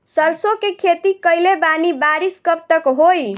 सरसों के खेती कईले बानी बारिश कब तक होई?